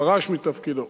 פרש מתפקידו.